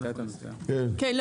שני דברים.